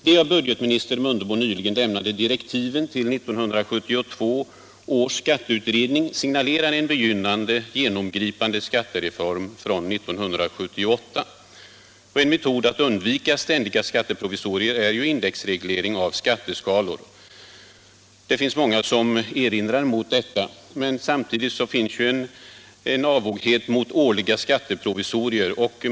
De av budgetminister Mundebo nyligen lämnade direktiven till 1972 års skatteutredning signalerar en begynnande, genomgripande skattereform från 1978. En metod att undvika ständiga skatteprovisorier är ju indexreglering av skatteskalor. Det finns många som gör invändningar mot detta. Men samtidigt finns ju en avoghet mot årliga skatteprovisorier.